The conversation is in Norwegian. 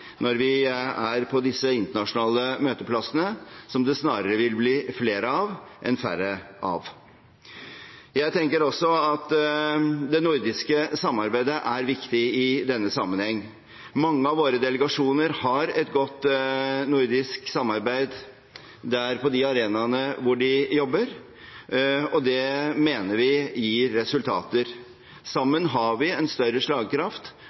når vi er på disse internasjonale møteplassene, som det snarere vil bli flere enn færre av. Jeg tenker også at det nordiske samarbeidet er viktig i denne sammenheng. Mange av våre delegasjoner har et godt nordisk samarbeid på de arenaene de jobber. Det mener vi gir resultater. Sammen har vi større slagkraft,